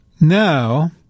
Now